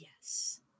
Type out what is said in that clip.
Yes